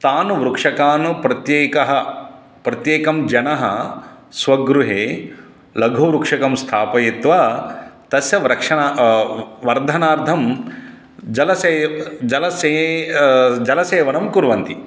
तान् वृक्षकान् प्रत्येकं प्रत्येकं जनः स्वगृहे लघुवृक्षकं स्थापयित्वा तस्य रक्षणं वर्धनार्थं जलसेय् जलसे जलसेचनं कुर्वन्ति